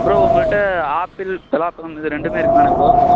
bro உங்கள்ட்ட apple பலாப்பலம் இது ரெண்டுமே இருக்குது தானே ப்ரோ